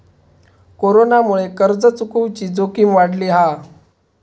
कोरोनामुळे कर्ज चुकवुची जोखीम वाढली हा